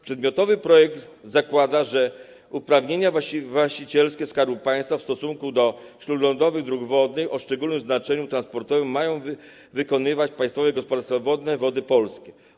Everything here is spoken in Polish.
Przedmiotowy projekt zakłada, że uprawnienia właścicielskie Skarbu Państwa w stosunku do śródlądowych dróg wodnych o szczególnym znaczeniu transportowym ma wykonywać Państwowe Gospodarstwo Wodne Wody Polskie.